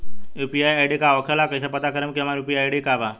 UPI ID का होखेला और कईसे पता करम की हमार यू.पी.आई आई.डी का बा?